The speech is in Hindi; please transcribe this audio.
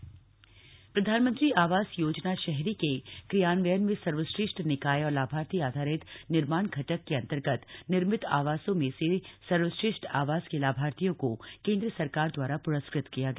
पीएम आवास योजना प्रधानमंत्री आवास योजना शहरी के क्रियान्वयन में सर्वश्रेष्ठ निकाय और लाभार्थी आधारित निर्माण घटक के अंतर्गत निर्मित आवासों में से सर्वश्रेष्ठ आवास के लाभार्थियों को केंद्र सरकार द्वारा प्रस्कृत किया गया